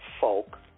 folk